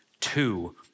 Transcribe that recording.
two